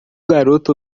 garoto